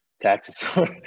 taxes